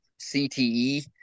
CTE